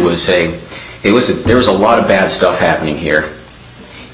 was say it was that there was a lot of bad stuff happening here